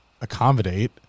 accommodate